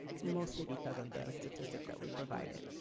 mostly because of this statistic that we provided.